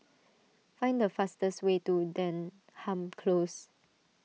find the fastest way to Denham Close